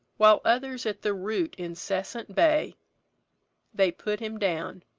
while others at the root incessant bay they put him down.